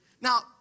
Now